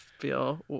feel